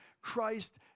Christ